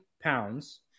pounds